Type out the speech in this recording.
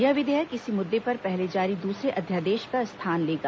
यह विधेयक इसी मुद्दे पर पहले जारी दूसरे अध्यादेश का स्थान लेगा